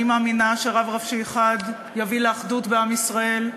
אני מאמינה שרב ראשי אחד יביא לאחדות בעם ישראל.